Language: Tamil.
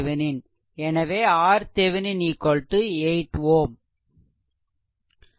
எனவே RThevenin 8 Ω